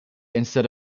instead